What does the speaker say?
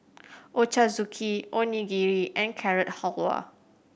Ochazuke Onigiri and Carrot Halwa